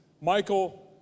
Michael